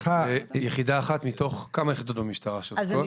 יחידה אחת מתוך כמה יחידות במשטרה שעוסקות?